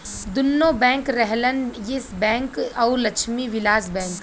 दुन्नो बैंक रहलन Yes bank अउर लक्ष्मी विलास बैंक